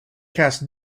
cast